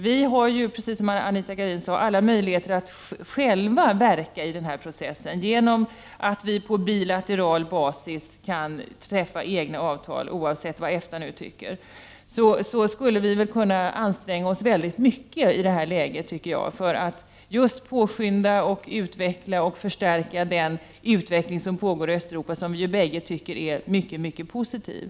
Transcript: Vi har, som Anita Gradin säger, alla möjligheter att själva verka i den här processen, genom att vi på bilateral basis kan träffa egna avtal, oavsett vad EFTA tycker. I detta läge skulle vi kunna anstränga = Prot. 1989/90:32 oss mycket för att just påskynda och förstärka den utveckling som pågår i 24 november 1989 Östeuropa, som både Anita Gradin och jag tycker är mycket positiv.